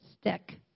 stick